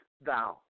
thou